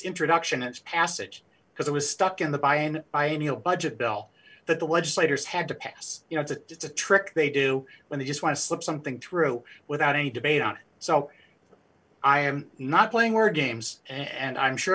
introduction its passage because it was stuck in the buy in by in your budget bill that the legislators had to pass you know it's a trick they do when they just want to slip something through without any debate on so i am not playing word games and i'm sure